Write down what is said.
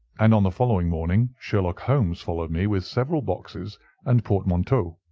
and on the following morning sherlock holmes followed me with several boxes and portmanteaus.